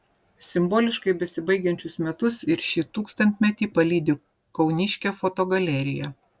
simboliškai besibaigiančius metus ir šį tūkstantmetį palydi kauniškė fotogalerija